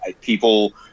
people